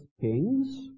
kings